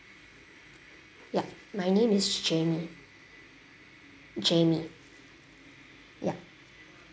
yup my name is jamie jamie yup